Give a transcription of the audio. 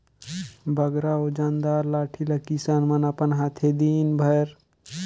बगरा ओजन दार लाठी ल किसान मन अपन हाथे दिन भेर धइर रहें नी सके